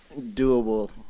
doable